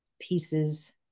pieces